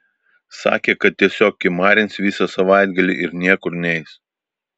sakė kad tiesiog kimarins visą savaitgalį ir niekur neis